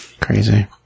Crazy